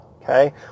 Okay